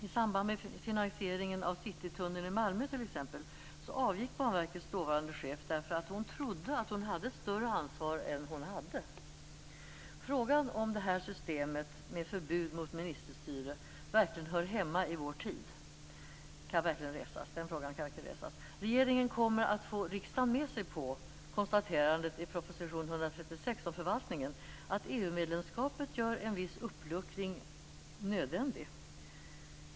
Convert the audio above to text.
I samband med finansieringen av Citytunneln i Malmö t.ex. avgick Banverkets dåvarande chef därför att hon trodde att hon hade ett större ansvar än hon hade. Frågan om detta system med förbud mot ministerstyre verkligen hör hemma i vår tid kan verkliga resas. Regeringen kommer att få riksdagen med sig på konstaterandet i proposition 136 om förvaltningen, att EU-medlemskapet gör en viss uppluckring nödvändig.